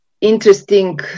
interesting